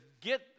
get